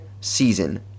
season